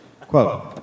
Quote